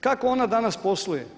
Kako ona danas posluje?